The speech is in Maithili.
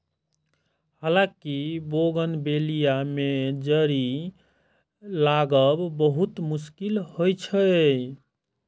हालांकि बोगनवेलिया मे जड़ि लागब बहुत मुश्किल होइ छै